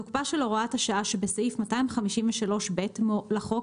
תוקפה של הוראת השעה שבסעיף 253(ב) לחוק